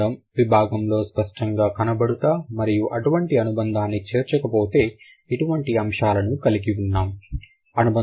అనుబంధం విభాగంలో స్పష్టంగా కనపడుట మరియు అటువంటి అనుబంధాన్ని చేర్చకపోతే ఇటువంటి అంశాలను కలిగి ఉన్నాం